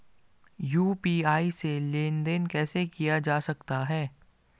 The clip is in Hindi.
यु.पी.आई से लेनदेन कैसे किया जा सकता है?